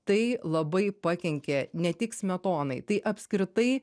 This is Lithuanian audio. tai labai pakenkė ne tik smetonai tai apskritai